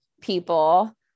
people